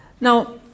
Now